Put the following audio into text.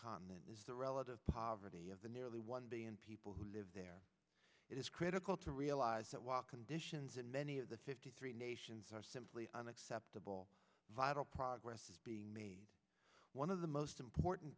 continent is the relative poverty of the nearly one billion people who live there it is critical to realize that while conditions in many of the fifty three nations are simply unacceptable vital progress is being made one of the most important